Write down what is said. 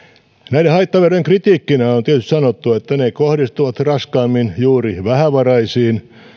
näiden haittaverojen kritiikkinä on tietysti sanottu että ne kohdistuvat raskaimmin juuri vähävaraisiin